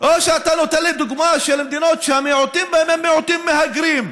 או שאתה נותן לי דוגמה של מדינות שהמיעוטים בהם הם מיעוטים מהגרים.